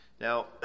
Now